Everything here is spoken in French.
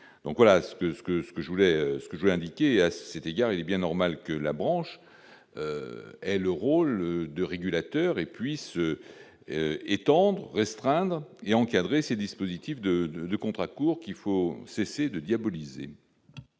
je voulais ce que j'ai indiquer à cet égard, il est bien normal que la branche est le rôle de régulateur et puis s'étendront restreindre et encadrer ces dispositifs de, de, de contrats courts qu'il faut cesser de diaboliser.